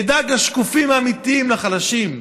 אדאג לשקופים האמיתיים, לחלשים.